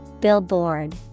Billboard